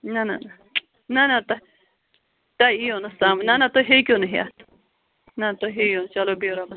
نہَ نہَ نہَ نہَ نہَ تۄہہِ تۄہہِ یِیوٕ نہٕ سمجھ نہَ نہَ تُہۍ ہیٚکِو نہٕ ہٮ۪تھ نہَ تُہۍ ہیٚیِو چلو بِہِو رۄبَس